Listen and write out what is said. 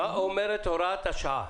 , מה אומרת הוראת השעה?